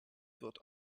wird